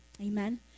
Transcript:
Amen